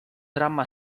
dramma